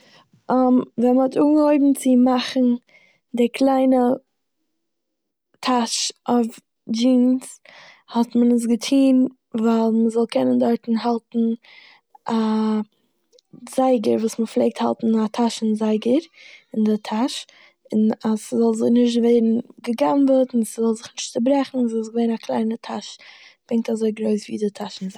ווען מ'האט אנגעהויבן צו מאכן די קליינע טאש אויף דשינס האט מען עס געטון ווייל מ'זאל קענען דארט האלטן א זייגער וואס מ'פלעגט האלטן א טאשן זייגער אין די טאש, און אז ס'זאל נישט ווערן געגנבעט און ס'זאל זיך נישט צוברעכן איז עס געווען אין א קליינע טאש פונקט אזוי גרויס ווי די טאשן זייגער.